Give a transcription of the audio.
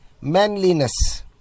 manliness